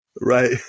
right